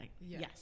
yes